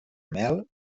mel